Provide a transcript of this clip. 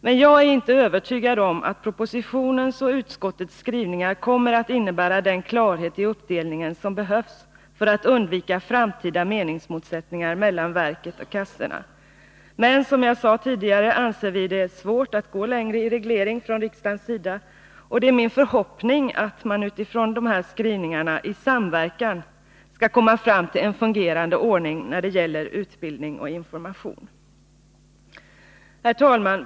Men jag är inte övertygad om att propositionens och utskottets skrivningar kommer att innebära den klarhet i uppdelningen som behövs för att undvika framtida meningsmotsättningar mellan verket och kassorna. Som jag sade tidigare anser vi det emellertid svårt att gå längre i reglering från riksdagens sida, och det är min förhoppning att man utifrån dessa skrivningar i samverkan skall komma fram till en fungerande ordning när det gäller utbildning och information. Herr talman!